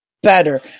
better